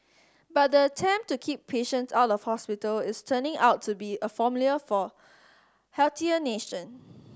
but the attempt to keep patients out of hospital is turning out to be a formula for healthier nation